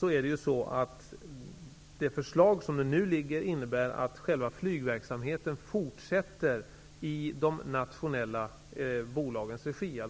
innebär det förslag som nu ligger att själva flygverksamheten fortsätter i de nationella bolagens regi.